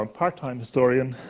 ah part-time historian.